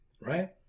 right